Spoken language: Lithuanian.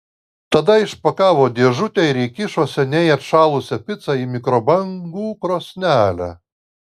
tada išpakavo dėžutę ir įkišo seniai atšalusią picą į mikrobangų krosnelę